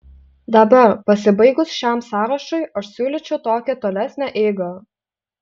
dabar pasibaigus šiam sąrašui aš siūlyčiau tokią tolesnę eigą